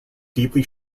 deeply